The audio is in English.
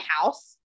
house